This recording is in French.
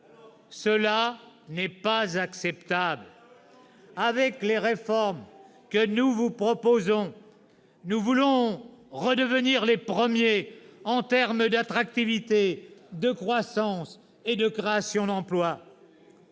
Cela n'est pas acceptable. Avec les réformes que nous vous proposons, nous voulons redevenir les premiers, en termes d'attractivité, de croissance et de création d'emplois.